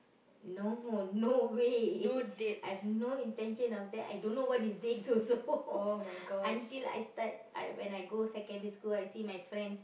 no more no way I've no intention of that I don't know what is dates also until I start I when I go secondary school I see my friends